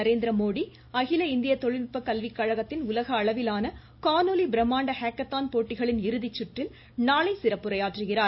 நரேந்திரமோடி அகில இந்திய தொழில்நுட்ப கல்விக் கழகத்தின் அளவிலான காணொலி பிரம்மாண்ட ஹேக்கத்தான் போட்டிகளின் உலக இறுதிச்சுற்றில் நாளை சிறப்புரையாற்றுகிறார்